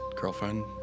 girlfriend